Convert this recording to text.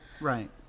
Right